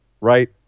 right